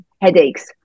headaches